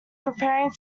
preparing